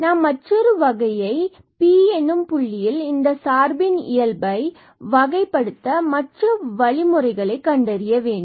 மற்றும் நாம் மற்றொரு வகையை Pab எனும் புள்ளியில் இந்த சார்பின் இயல்பை வகைப்படுத்த மற்ற வழிமுறையை கண்டறிய வேண்டும்